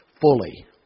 fully